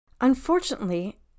unfortunately